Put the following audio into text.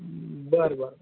बरं बरं